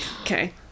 Okay